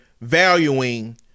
valuing